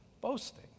boasting